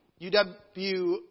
uw